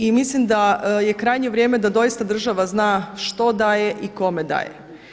I mislim da je krajnje vrijeme da doista država zna što daje i kome daje.